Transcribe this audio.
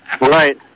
Right